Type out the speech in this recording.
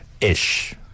ish